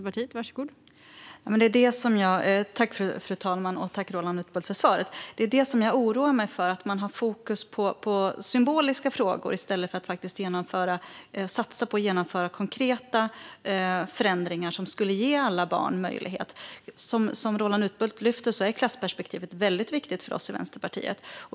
Fru talman! Tack, Roland Utbult, för svaret! Det är det som jag oroar mig för: att man har fokus på symboliska frågor i stället för att faktiskt satsa på att genomföra konkreta förändringar som skulle ge alla barn möjligheter. Som Roland Utbult lyfter är klassperspektivet väldigt viktigt för oss i Vänsterpartiet.